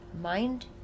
mind